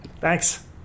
Thanks